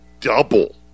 double